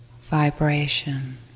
vibration